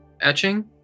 etching